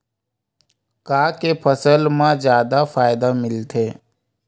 का के फसल मा जादा फ़ायदा मिलथे?